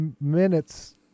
minutes